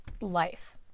life